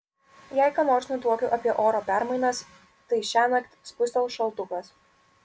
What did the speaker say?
jei ką nors nutuokiu apie oro permainas tai šiąnakt spustels šaltukas